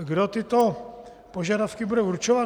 Kdo tyto požadavky bude určovat?